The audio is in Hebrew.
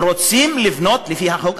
רוצים לבנות לפי החוק,